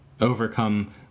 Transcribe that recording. overcome